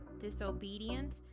disobedience